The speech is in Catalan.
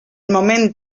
moment